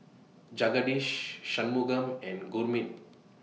Jagadish Shunmugam and Gurmeet